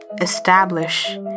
Establish